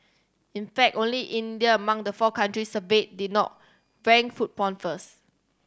in fact only India among the four country surveyed did not rank food porn first